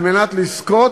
על מנת לזכות